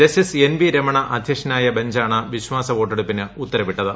justice N V Ramana അധ്യക്ഷനായ ബഞ്ചാണ് വിശ്വാസ ് വോട്ടെടുപ്പിന് ഉത്തർപ്പിട്ടത്